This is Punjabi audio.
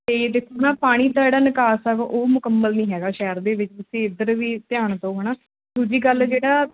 ਅਤੇ ਜੇ ਪੂਰਾ ਪਾਣੀ ਦਾ ਜਿਹੜਾ ਨਿਕਾਸ ਹੈ ਉਹ ਮੁਕੰਮਲ ਨਹੀਂ ਹੈਗਾ ਸ਼ਹਿਰ ਦੇ ਵਿੱਚ ਤੁਸੀਂ ਇੱਧਰ ਵੀ ਧਿਆਨ ਦਿਓ ਹੈ ਨਾ ਦੂਜੀ ਗੱਲ ਜਿਹੜਾ